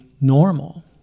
normal